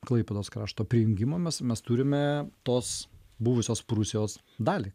klaipėdos krašto prijungimo mes mes turime tos buvusios prūsijos dalį